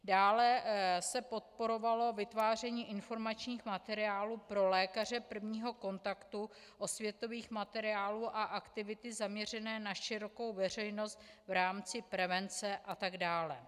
Dále se podporovalo vytváření informačních materiálů pro lékaře prvního kontaktu, osvětových materiálů a aktivity zaměřené na širokou veřejnost v rámci prevence atd.